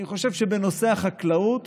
אני חושב שבנושא החקלאות